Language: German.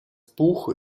buch